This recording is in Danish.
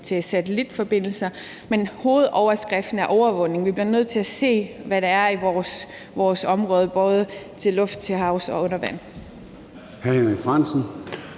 til satellitforbindelser – men hovedoverskriften er overvågning. Vi bliver nødt til at se, hvad der er i vores område, både til luft, til havs og under vand.